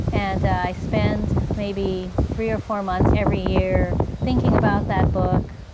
and i spend maybe three or four months every year thinking about that book,